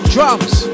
Drums